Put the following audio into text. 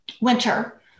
winter